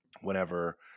whenever